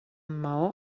maó